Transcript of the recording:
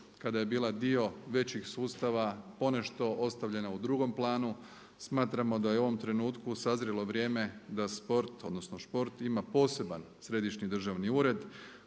kada je bila dio većih sustava ponešto ostavljena u drugom planu. Smatramo da je u ovom trenutku sazrelo vrijeme da sport odnosno šport ima poseban središnji državni ured